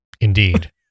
Indeed